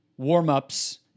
warmups